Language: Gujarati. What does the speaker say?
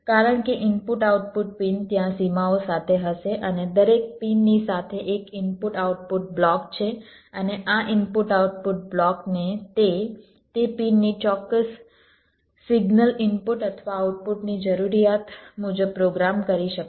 કારણ કે ઇનપુટ આઉટપુટ પિન ત્યાં સીમાઓ સાથે હશે અને દરેક પિનની સાથે એક ઇનપુટ આઉટપુટ બ્લોક છે અને આ ઇનપુટ આઉટપુટ બ્લોકને તે તે પિનની ચોક્કસ સિગ્નલ ઇનપુટ અથવા આઉટપુટની જરૂરિયાત મુજબ પ્રોગ્રામ કરી શકાય છે